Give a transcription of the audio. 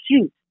shoot